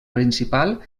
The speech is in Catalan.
principal